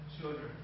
children